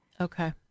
Okay